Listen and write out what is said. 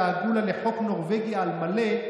דאגו לה לחוק נורבגי על מלא,